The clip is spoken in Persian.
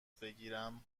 بگیرم